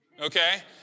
okay